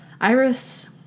Iris